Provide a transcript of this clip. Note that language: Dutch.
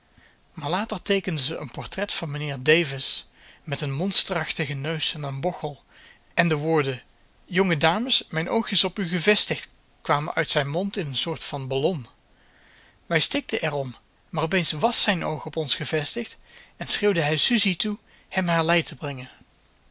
maar later teekende ze een portret van meneer davis met een monsterachtigen neus en een bochel en de woorden jonge dames mijn oog is op u gevestigd kwamen uit zijn mond in een soort van ballon wij stikten er om maar opeens was zijn oog op ons gevestigd en schreeuwde hij susie toe hem haar lei te brengen